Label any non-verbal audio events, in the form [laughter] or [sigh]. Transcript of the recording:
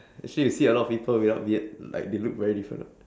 [breath] actually you see a lot of people without beard [noise] like they look very different [what]